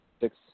six